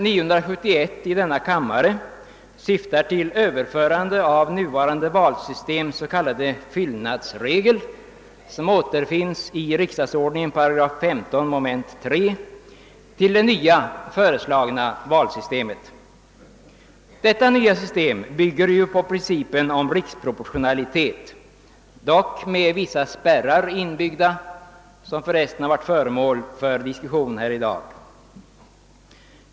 förande av det nuvarande valsystemets 3. k. fyllnadsregel, som återfinnes i riksdagsordningen 8 15, mom. 3, till det föreslagna nya valsystemet. Det nya systemet bygger på principen om riksproportionalitet men med vissa spärrar inbyggda, ett ämne som för Övrigt varit föremål för diskussion här i dag.